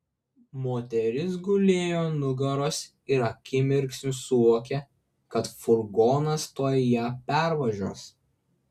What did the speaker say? moteris gulėjo ant nugaros ir akimirksniu suvokė kad furgonas tuoj ją pervažiuos